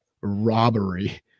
robbery